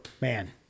Man